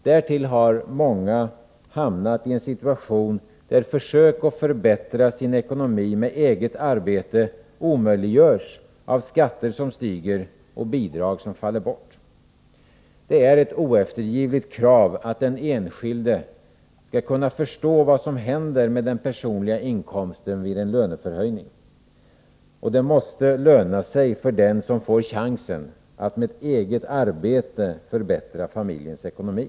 Därtill har många hamnat i en situation där försök att förbättra sin ekonomi med eget arbete omöjliggörs av skatter som stiger och bidrag som faller bort. Det är ett oeftergivligt krav att den enskilde skall kunna förstå vad som händer med den personliga inkomsten vid en löneförhöjning. Och det måste | löna sig för den som får chansen att med eget arbete förbättra familjens ekonomi.